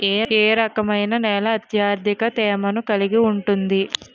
ఏ రకమైన నేల అత్యధిక తేమను కలిగి ఉంటుంది?